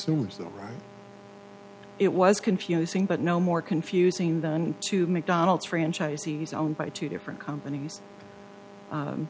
still it was confusing but no more confusing than to mcdonald's franchisees owned by two different companies